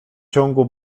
ciągu